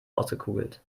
ausgekugelt